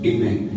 Amen